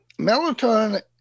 Melatonin